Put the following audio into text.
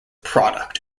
product